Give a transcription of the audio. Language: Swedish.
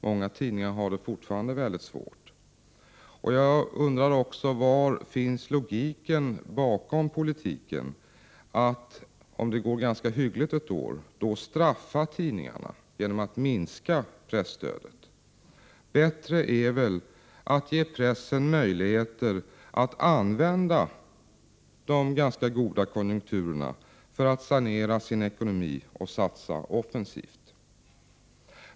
Många tidningar har det fortfarande väldigt svårt. Var finns logiken bakom politiken att om det går ganska hyggligt ett år, då straffa tidningarna genom att minska presstödet? Bättre är väl att ge pressen möjligheter att använda de ganska goda konjunkturerna för att sanera sin ekonomi och satsa offensivt.